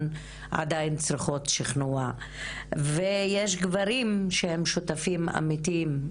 עדיין צריכות שכנוע ויש גברים שהם שותפים אמיתיים,